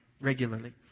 regularly